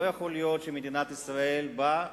לא יכול להיות שמדינת ישראל באה,